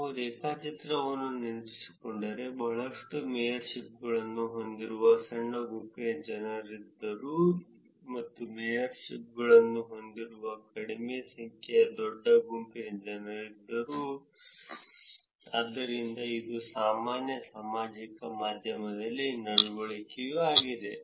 ಆದ್ದರಿಂದ ನೀವು ರೇಖಾಚಿತ್ರ ಅನ್ನು ನೆನಪಿಸಿಕೊಂಡರೆ ಬಹಳಷ್ಟು ಮೇಯರ್ಶಿಪ್ಗಳನ್ನು ಹೊಂದಿರುವ ಸಣ್ಣ ಗುಂಪಿನ ಜನರಿದ್ದರು ಮತ್ತು ಮೇಯರ್ಶಿಪ್ಗಳನ್ನು ಹೊಂದಿರುವ ಕಡಿಮೆ ಸಂಖ್ಯೆಯ ದೊಡ್ಡ ಗುಂಪಿನ ಜನರಿದ್ದರು ಆದ್ದರಿಂದ ಇದು ಸಾಮಾನ್ಯ ಸಾಮಾಜಿಕ ಮಾಧ್ಯಮದ ನಡವಳಿಕೆಯೂ ಆಗಿದೆ